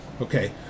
Okay